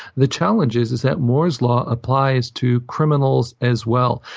the challenge is is that moore's law applies to criminals as well.